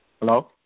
Hello